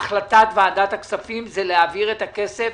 החלטת ועדת הכספים היא להעביר את הכסף